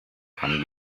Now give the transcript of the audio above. kann